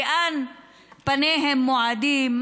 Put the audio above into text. לאן פניהם מועדות?